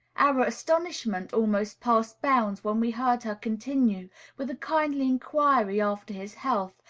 our astonishment almost passed bounds when we heard her continue with a kindly inquiry after his health,